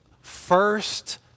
first